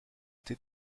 été